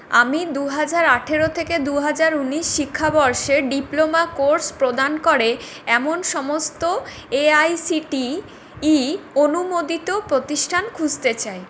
আমি দু হাজার আঠারো থেকে দু হাজার উনিশ শিক্ষাবর্ষে ডিপ্লোমা কোর্স প্রদান করে এমন সমস্ত A I C T E অনুমোদিত প্রতিষ্ঠান খুঁজতে চাই